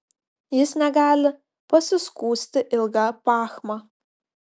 jis negali pasiskųsti ilga pachma